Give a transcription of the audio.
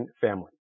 family